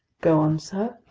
go on, sir,